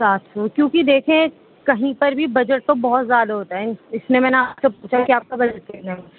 سات سو کیونکہ دیکھیں کہیں پر بھی بجٹ تو بہت زیادہ ہوتا ہے اس نے میں نے پوچھا کہ آپ کا بجٹ کتنا ہے